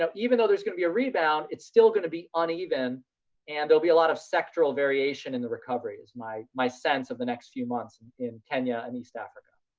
um even though there's gonna be a rebound, it's still gonna be uneven and there'll be a lot of sectoral variation in the recovery. my my sense of the next few months and in kenya and east africa.